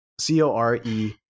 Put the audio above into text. c-o-r-e